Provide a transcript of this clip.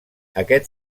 aquest